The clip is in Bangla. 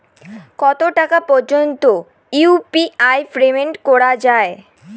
কত টাকা পর্যন্ত ইউ.পি.আই পেমেন্ট করা যায়?